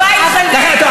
הלכתית,